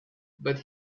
but